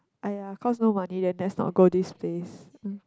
!aiya! cause no money then just not go this place